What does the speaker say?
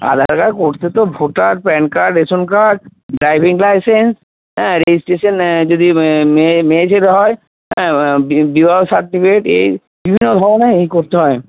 আধার card করতে তো voter PAN card ration card driving licence হ্যাঁ রেজিস্ট্রেশন যদি মেয়েছেলে হয় হ্যাঁ বিবাহ সার্টিফিকেট এই বিভিন্ন ধরনের এই করতে হয়